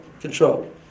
Control